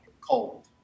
Cold